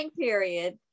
period